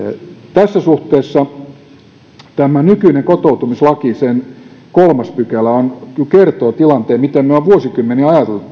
tässä suhteessa nykyinen kotoutumislaki sen kolmas pykälä kyllä aika hyvin kertoo tilanteen miten me olemme vuosikymmeniä